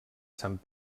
sant